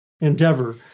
endeavor